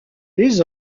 les